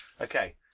Okay